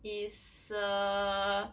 is err